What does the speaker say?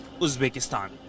Uzbekistan